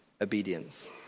obedience